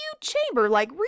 chamber-like